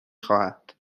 خواهد